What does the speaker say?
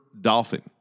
dolphin